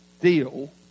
deal